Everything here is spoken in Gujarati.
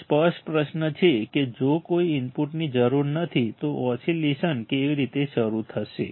અહીં સ્પષ્ટ પ્રશ્ન છે કે જો કોઈ ઇનપુટની જરૂર નથી તો ઓસિલેશન કેવી રીતે શરૂ થશે